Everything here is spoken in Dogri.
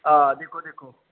हां दिक्खो दिक्खो